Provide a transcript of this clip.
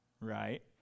right